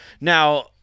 Now